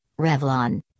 Revlon